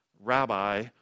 rabbi